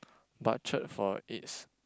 butchered for its